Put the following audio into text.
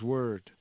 Word